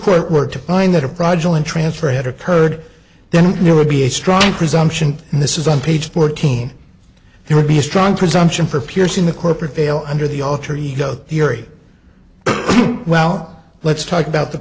court were to find that a project in transfer had occurred then there would be a strong presumption and this is on page fourteen there would be a strong presumption for piercing the corporate veil and or the alter ego theory well let's talk about the